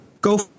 go